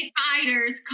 fighters